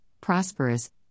prosperous